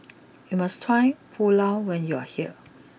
you must try Pulao when you are here